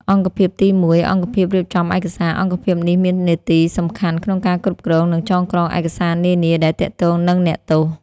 អង្គភាពទី ១ អង្គភាពរៀបចំឯកសារ អង្គភាពនេះមាននាទីសំខាន់ក្នុងការគ្រប់គ្រង និងចងក្រងឯកសារនានាដែលទាក់ទងនឹងអ្នកទោស។